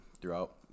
throughout